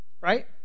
Right